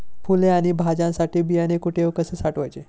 फुले आणि भाज्यांसाठी बियाणे कुठे व कसे साठवायचे?